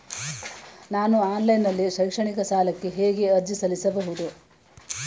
ನಾನು ಆನ್ಲೈನ್ ನಲ್ಲಿ ಶೈಕ್ಷಣಿಕ ಸಾಲಕ್ಕೆ ಹೇಗೆ ಅರ್ಜಿ ಸಲ್ಲಿಸಬಹುದು?